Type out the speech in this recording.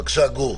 בבקשה, גור.